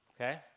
okay